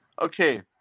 Okay